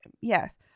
Yes